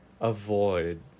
avoid